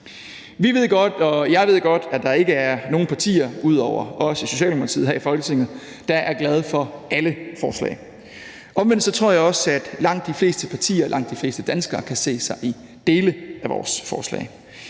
Vi ved godt, og jeg ved godt, at der ikke er nogen partier ud over os i Socialdemokratiet her i Folketinget, der er glade for alle forslag. Omvendt tror jeg også, at langt de fleste partier, langt de fleste danskere, kan se sig i dele af vores forslag.